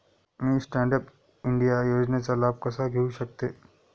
मी stand up India योजनेचा लाभ कसा घेऊ शकते